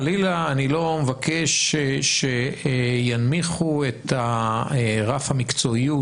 חלילה אני לא מבקש שינמיכו את רף המקצועיות,